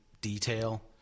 detail